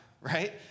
right